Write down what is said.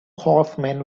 horsemen